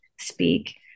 speak